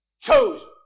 Chosen